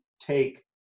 take